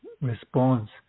response